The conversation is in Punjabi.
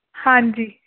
ਹਾਂਜੀ